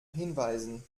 hinweisen